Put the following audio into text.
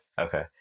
Okay